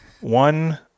One